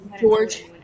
George